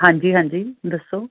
ਹਾਂਜੀ ਹਾਂਜੀ ਦੱਸੋ